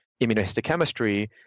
immunohistochemistry